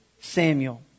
Samuel